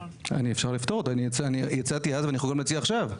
אפשר לפתור אותה, הצעתי אז ואני יכול להציע עכשיו.